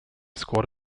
squad